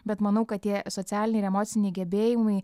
bet manau kad tie socialiniai ir emociniai gebėjimai